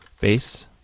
base